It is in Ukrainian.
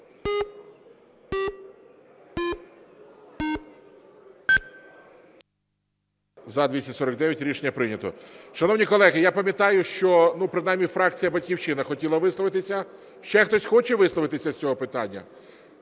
За-249 Рішення прийнято. Шановні колеги, я пам'ятаю, що принаймні фракція "Батьківщина" хотіла висловитися. Ще хтось хоче висловитися з цього питання?